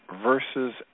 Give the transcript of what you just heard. Versus